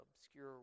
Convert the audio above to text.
obscure